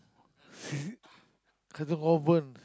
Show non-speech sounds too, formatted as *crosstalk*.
*laughs* Katong-Convent